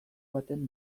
baten